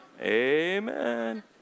Amen